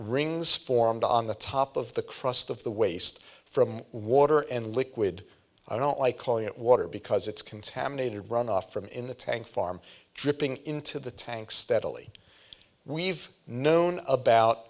rings formed on the top of the crust of the waste from water and liquid i don't like calling it water because it's contaminated runoff from in the tank farm dripping into the tank steadily we've known about